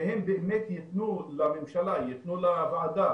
שהם באמת ייתנו לממשלה, ייתנו לוועדה,